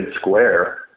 Square